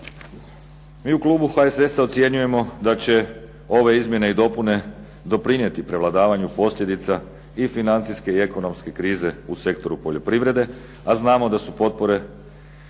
Mi u klubu HSS-a ocjenjujemo da će ove izmjene i dopune doprinijeti prevladavanju posljedica i financijske i ekonomske krize u sektoru poljoprivrede, a znamo da su potpore